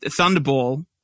Thunderball